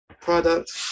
product